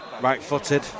right-footed